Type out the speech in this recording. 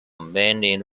mainly